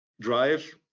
drive